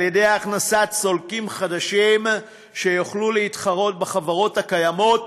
על-ידי הכנסת סולקים חדשים שיוכלו להתחרות בחברות הקיימות,